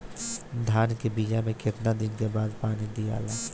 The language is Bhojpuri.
धान के बिया मे कितना दिन के बाद पानी दियाला?